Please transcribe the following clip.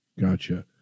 Gotcha